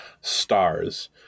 Stars